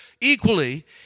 equally